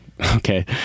Okay